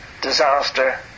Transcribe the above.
Disaster